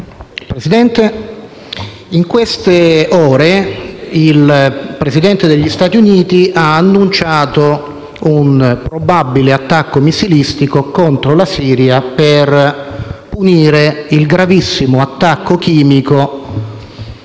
Presidente, in queste ore il Presidente degli Stati Uniti ha annunciato un probabile attacco missilistico contro la Siria per punire il gravissimo attacco chimico